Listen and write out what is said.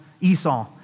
Esau